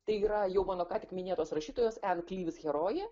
tai yra jau mano ką tik minėtos rašytojos en klyvs herojė